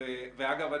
ואגב,